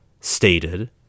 stated